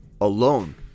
alone